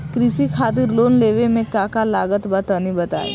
कृषि खातिर लोन लेवे मे का का लागत बा तनि बताईं?